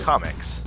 Comics